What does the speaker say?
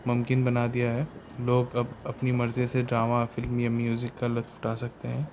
ممکن بنا دیا ہے لوگ اب اپنی مرضی سے ڈرامہ فلم یا میوزک کا لطف اٹھا سکتے ہیں